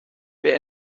wer